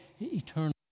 eternal